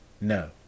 No